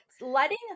letting